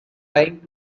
trying